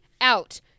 out